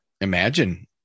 imagine